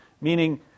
Meaning